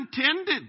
intended